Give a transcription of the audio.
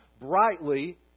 brightly